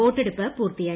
വോട്ടെടുപ്പ് പൂർത്തിയായി